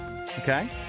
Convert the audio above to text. Okay